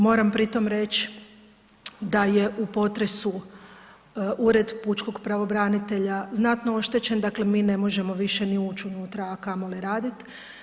Moramo pritom reći da je u potresu Ured pučkog pravobranitelja znatno oštećen, dakle mi ne možemo više ni ući unutra, a kamoli raditi.